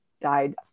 died